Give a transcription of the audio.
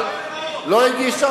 לא יכול,